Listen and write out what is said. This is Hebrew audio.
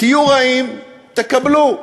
תהיו רעים, תקבלו,